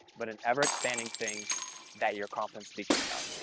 but and ever-expanding things that you're confident speaking about.